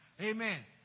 Amen